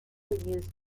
used